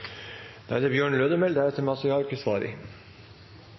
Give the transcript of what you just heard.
Da er det